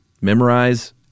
memorize